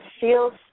feels